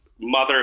mother